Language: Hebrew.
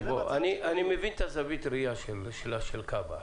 בוא, אני מבין את זווית הראיה של כב"א.